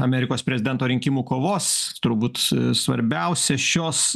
amerikos prezidento rinkimų kovos turbūt svarbiausia šios